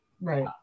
Right